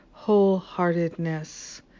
wholeheartedness